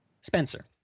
Spencer